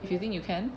if you think you can